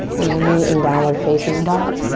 we'll meet in downward facing dog.